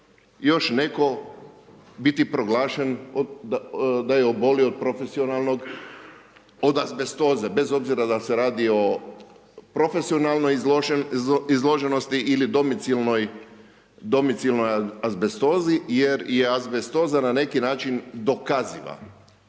još netko biti proglašen da je obolio od profesionalnog, od azbestoze, bez obzira da li se radi o profesionalnoj izloženosti ili domicilnoj azbestozi jer je azbestoza na neki način dokaziva.